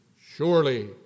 surely